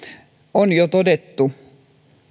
on jo todettu